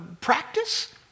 practice